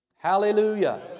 Hallelujah